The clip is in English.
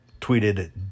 tweeted